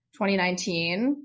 2019